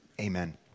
amen